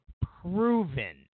proven